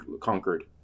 conquered